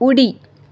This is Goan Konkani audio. उडी